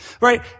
Right